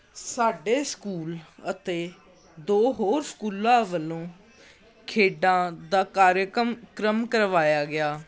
ਸਾਡੇ ਸਕੂਲ ਅਤੇ ਦੋ ਹੋਰ ਸਕੂਲਾਂ ਵੱਲੋਂ ਖੇਡਾਂ ਦਾ ਕਾਰਿਆਕਮ ਕ੍ਰਮ ਕਰਵਾਇਆ ਗਿਆ